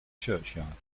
churchyard